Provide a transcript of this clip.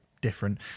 different